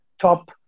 top